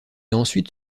ensuite